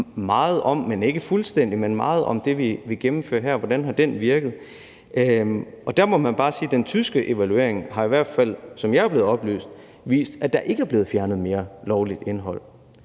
som minder – ikke fuldstændig, men meget – om det, vi gennemfører her, har virket. Og der må man bare sige, at den tyske evaluering, i hvert fald som jeg er blevet oplyst, har vist, at der ikke er blevet fjernet mere lovligt indhold.